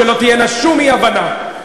שלא תהיה שום אי-הבנה,